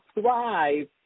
thrive